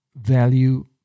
value